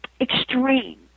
extreme